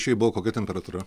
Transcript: šiaip buvo kokia temperatūra